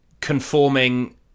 conforming